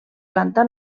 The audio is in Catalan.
planta